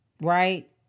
right